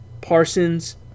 Parsons